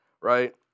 right